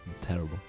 terrible